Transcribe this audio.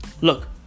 Look